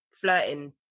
flirting